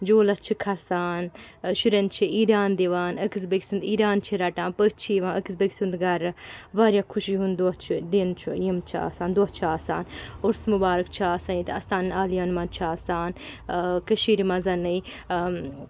جوٗلَس چھِ کھَسان شُرٮ۪ن چھِ عیٖدیان دِوان أکِس بیٚیِس سُنٛد عیٖدیان چھِ رَٹان پٔژھۍ چھِ یِوان أکِس بیٚیِہِ سُنٛد گَرٕ واریاہ خوٚشی ہُنٛد دۄہ چھُ دِن چھُ یِم چھِ آسان دۄہ چھِ آسان عُرُس مُبارک چھِ آسان ییٚتہِ اَستان عالیَن منٛز چھِ آسان کٔشیٖرِ منٛزَ